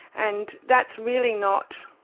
and that's really not,